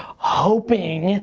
hoping,